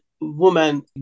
woman